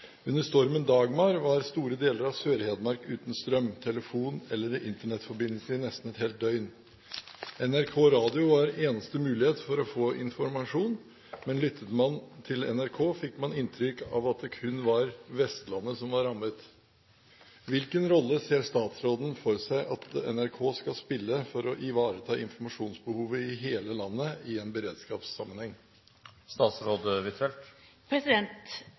Under stormen Dagmar var store deler av Sør-Hedmark uten strøm, telefon eller internettforbindelse i nesten ett døgn. NRK Radio var eneste mulighet for å få informasjon, men lyttet man til NRK, fikk man inntrykk av at det kun var Vestlandet som var rammet. Hvilken rolle ser statsråden for seg at NRK skal spille for å ivareta informasjonsbehovet i hele landet i en beredskapssammenheng?»